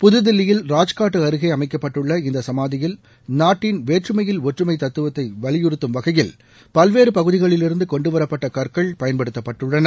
புதுதில்லியில் ராஜ்காட்டுக்கு அருகே அமைக்கப்பட்டுள்ள இந்த சமாதியில் நாட்டின் வேற்றுமையில் ஒற்றுமை தத்துவத்தை வலியுறுத்தம் வகையில் பல்வேறு பகுதிகளிலிருந்து கொண்டுவரப்பட்ட கற்கள் பயன்படுத்தப்பட்டுள்ளன